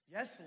Yes